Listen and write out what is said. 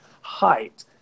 height